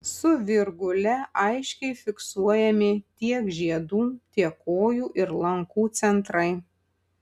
su virgule aiškiai fiksuojami tiek žiedų tiek kojų ir lankų centrai